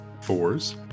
Fours